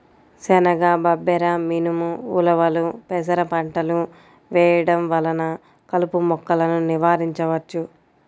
శనగ, బబ్బెర, మినుము, ఉలవలు, పెసర పంటలు వేయడం వలన కలుపు మొక్కలను నివారించవచ్చు